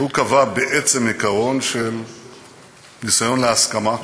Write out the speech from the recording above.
והוא קבע בעצם עיקרון של ניסיון להסכמה,